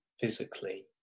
physically